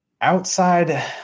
outside